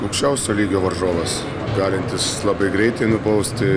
aukščiausio lygio varžovas galintis labai greitai nubausti